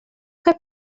kaj